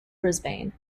brisbane